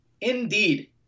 indeed